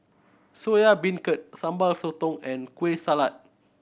Soya Beancurd Sambal Sotong and Kueh Salat